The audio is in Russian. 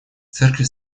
церкви